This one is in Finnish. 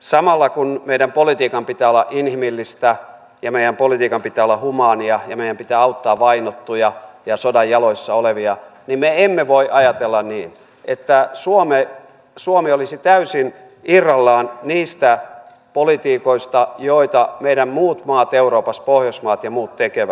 samalla kun meidän politiikan pitää olla inhimillistä ja meidän politiikan pitää olla humaania ja meidän pitää auttaa vainottuja ja sodan jaloissa olevia niin me emme voi ajatella niin että suomi olisi täysin irrallaan niistä politiikoista joita muut maat euroopassa pohjoismaat ja muut tekevät